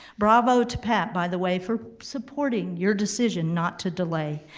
bravo to pat by the way for supporting your decision not to delay.